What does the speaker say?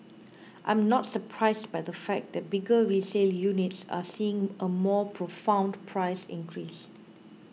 I am not surprised by the fact that bigger resale units are seeing a more profound price increase